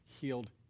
healed